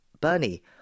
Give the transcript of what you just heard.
Bernie